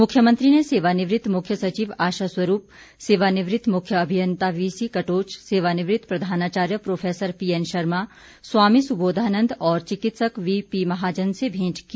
मुख्यमंत्री ने सेवानिवृत्त मुख्य सचिव आशा स्वरूप सेवानिवृत्त मुख्य अभियन्ता वीसी कटोच सेवानिवृत्त प्रधानाचार्य प्रो पीएन शर्मा स्वामी सुबोधानन्द और चिकित्सक वीपी महाजन से भेंट की